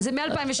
זה מ-2016.